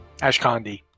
Ashkandi